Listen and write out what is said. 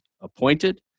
appointed